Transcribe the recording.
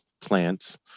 plants